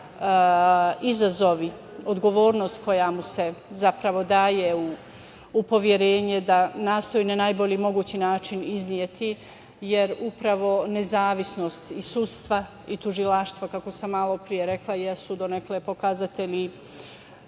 izazovi, odgovornost koja mu se zapravo daje u poverenje, da nastoji na najbolji mogući način izneti, jer upravo nezavisnost sudstva i tužilaštva, kako sam malopre rekla, jesu donekle pokazatelji